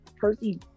Percy